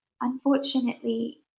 Unfortunately